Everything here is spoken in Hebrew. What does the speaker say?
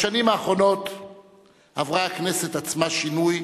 בשנים האחרונות עברה הכנסת עצמה שינוי,